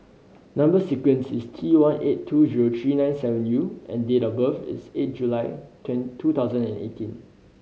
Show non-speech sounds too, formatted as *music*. number sequence is T one eight two zero three nine seven U and date of birth is eight July *unintelligible* two thousand and eighteen